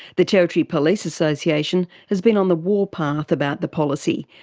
the territory police association has been on the warpath about the policy,